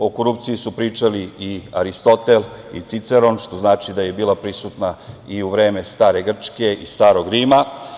O korupciji su pričali i Aristotel i Ciceron, što znači da je bila prisutna i u vreme stare Grčke i starog Rima.